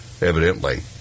evidently